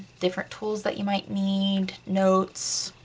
different tools that you might need, notes,